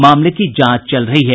मामले की जांच चल रही है